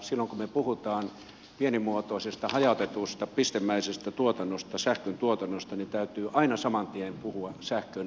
silloin kun me puhumme pienimuotoisesta hajautetusta pistemäisestä sähköntuotannosta niin täytyy aina saman tien puhua sähkönsiirrosta